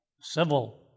civil